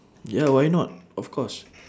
ya why not of course